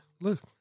Look